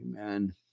Amen